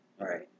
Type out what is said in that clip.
Right